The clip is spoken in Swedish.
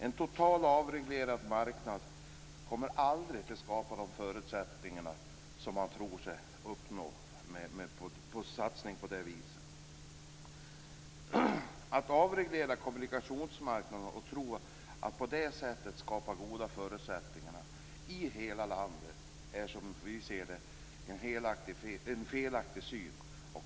En totalt avreglerad marknad kommer aldrig att skapa de förutsättningar som man tror sig uppnå med en sådan satsning. Att avreglera kommunikationsmarknaden och tro att man på det sättet kan skapa goda förutsättningar i hela landet är, som vi ser det, en felaktig syn.